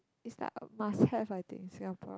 it's like a must have I think in Singapore